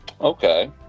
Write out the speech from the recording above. Okay